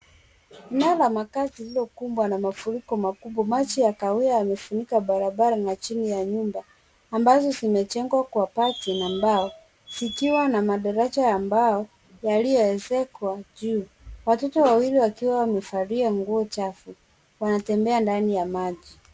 Eneo la makazi lililokumbwa na mafuriko makubwa. Maji ya kahawia yamefunika barabara na chini ya nyumba ambazo zimejengwa kwa bati na mbao zikiwa na madaraja ya mbao yakiwa yameezekwa juu. Watoto wawili wakiwa wamevalia nguo chafu wanatembea ndani ya maji.